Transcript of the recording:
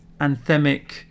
anthemic